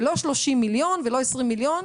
ולא 30 מיליון ולא 20 מיליון.